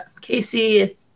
Casey